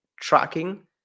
tracking